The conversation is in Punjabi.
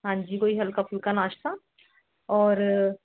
ਹਾਂਜੀ ਕੋਈ ਹਲਕਾ ਫੁਲਕਾ ਨਾਸ਼ਤਾ ਔਰ